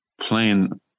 playing